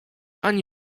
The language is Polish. ani